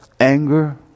anger